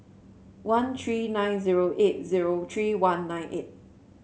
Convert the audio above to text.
one three nine zero eight zero three one nine eight